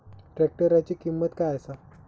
ट्रॅक्टराची किंमत काय आसा?